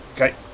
Okay